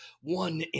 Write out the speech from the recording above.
one